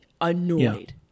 annoyed